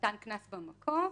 מתן קנס במקום.